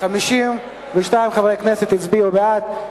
העירייה ומסי הממשלה (פטורין)